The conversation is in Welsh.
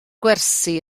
gwersi